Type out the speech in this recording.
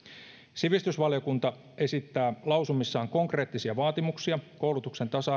sivistysvaliokunta esittää lausumissaan konkreettisia vaatimuksia koulutuksen tasa